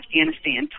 Afghanistan